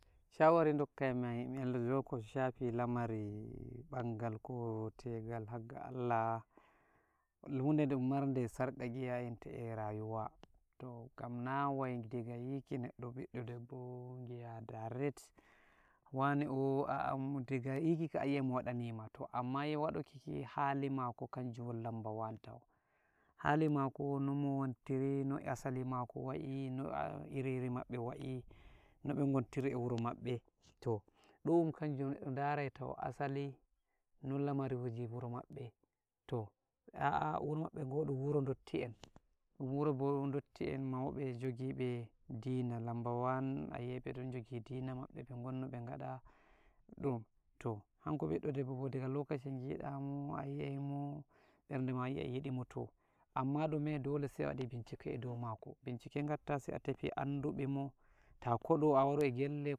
shawari dokka mi en ɗow ko shafi lamari bangal ko tegal harga Allah hude de marde sarkakiya enta e rayuwa to, gam na wai daga yiki neɗɗo biɗɗo deɗɗo giya direct wane o a'a daga yiki kam ayi'ai mo waɗanima, to amma waɗuki ki hali mako kanjun won lamba one tau, hali mako no mo wontiri, no asali mako wa'i, no iriri maɓɓe wa'i, no be gontiri e wuro maɓɓe, to ɗun tau kanjun neɗɗo darai tau no asali no lamariji wuro maɓɓe, to a'a wuro maɓɓe go ɗun wuro dotti'en, ɗun wuro bo dotti'en mauɓe jogiɓe dina, lamba one ayi'ai be ɗon jogi dina maɓɓe, be gon no be gaɗa to hanko biɗɗo deɓɓo bo daga lokaci gida mo, ayi'ai mo berde ma yi'a yidi mo, to amman ɗume dole sai a waɗi bincike e dow mako, bincike gatta sai a tefi anduɓe mo, ta koɗo a warai gelle.